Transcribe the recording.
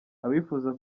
abifuza